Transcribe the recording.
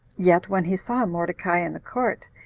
yet when he saw mordecai in the court,